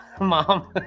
Mom